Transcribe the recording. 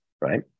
right